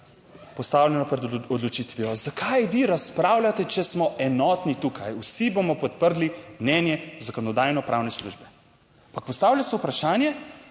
postavljena pred odločitvijo, zakaj vi razpravljate, če smo enotni tukaj., vsi bomo podprli mnenje Zakonodajno-pravne službe. Ampak postavlja se vprašanje,